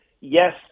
yes